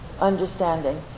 understanding